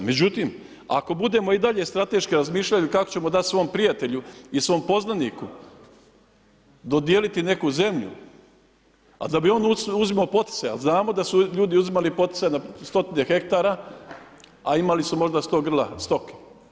Međutim, ako budemo i dalje strateški razmišljali kako ćemo dati svom prijatelju i svom poznaniku dodijeliti neku zemlju, a da bi on uzimao poticaj jel znamo da su ljudi uzimali poticaj na stotine hektara, a imali su možda sto grla stoke.